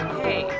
hey